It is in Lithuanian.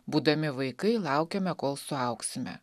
būdami vaikai laukiame kol suaugsime